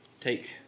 Take